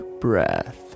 breath